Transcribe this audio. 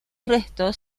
restos